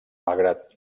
malgrat